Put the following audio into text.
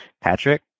Patrick